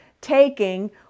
taking